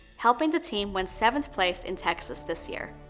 helping the team win seventh place in texas this year.